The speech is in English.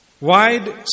wide